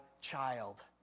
child